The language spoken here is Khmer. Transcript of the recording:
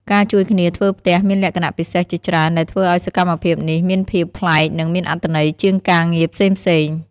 ការជួយគ្នាធ្វើផ្ទះមានលក្ខណៈពិសេសជាច្រើនដែលធ្វើឱ្យសកម្មភាពនេះមានភាពប្លែកនិងមានអត្ថន័យជាងការងារផ្សេងៗ។